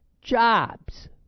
jobs